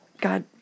God